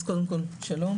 אז קודם כל שלום,